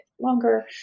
longer